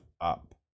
up